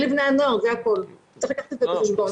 לבני הנוער וצריך לקחת את זה בחשבון.